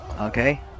Okay